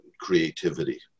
creativity